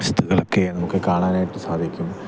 സ്ഥിതികളൊക്കെ നമുക്ക് കാണാനായിട്ട് സാധിക്കും